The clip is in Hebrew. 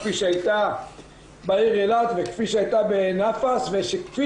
כפי שהיתה בעיר אילת וכפי שהיתה באיה נאפה וכפי